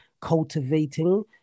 cultivating